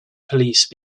police